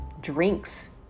drinks